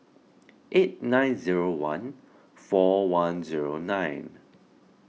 eight nine zero one four one zero nine